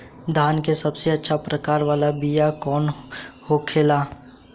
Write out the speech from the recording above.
धान के सबसे अच्छा प्रकार वाला बीया कौन होखेला?